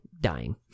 dying